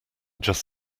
just